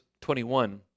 21